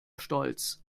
stolz